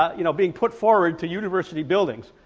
you know being put forward to university building.